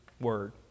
word